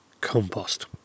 compost